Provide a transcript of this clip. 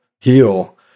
heal